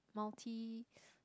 multi